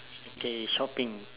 K shopping